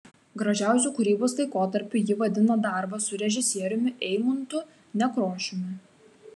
gražiausiu kūrybos laikotarpiu ji vadina darbą su režisieriumi eimuntu nekrošiumi